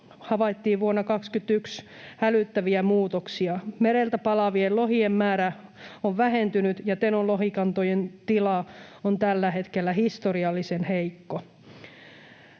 havaittiin vuonna 21 hälyttäviä muutoksia. Mereltä palaavien lohien määrä on vähentynyt, ja Tenon lohikantojen tila on tällä hetkellä historiallisen heikko.